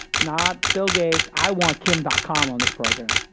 not bill gates. i want kim dotcom on this program.